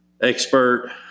expert